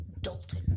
Dalton